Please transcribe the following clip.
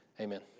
amen